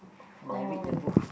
when I read the book